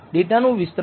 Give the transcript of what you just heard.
data નું વિસ્તરણ જુઓ